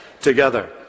together